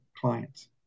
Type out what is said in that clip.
clients